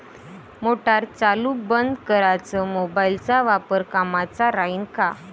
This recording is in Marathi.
मोटार चालू बंद कराच मोबाईलचा वापर कामाचा राहीन का?